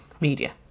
media